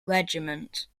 regiment